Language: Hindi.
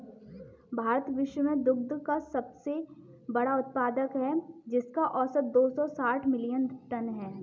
भारत विश्व में दुग्ध का सबसे बड़ा उत्पादक है, जिसका औसत दो सौ साठ मिलियन टन है